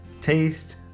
taste